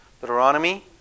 Deuteronomy